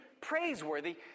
praiseworthy